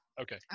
Okay